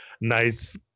nice